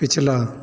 पिछला